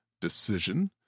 decision